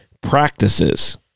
practices